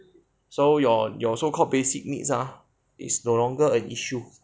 so your your so called basic needs ah is no longer an issue